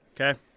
Okay